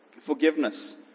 forgiveness